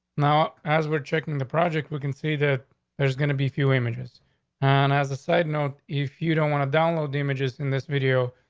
now, as we're checking the project, we can see that there's gonna be a few images and as a side note, if you don't want to download images in this video,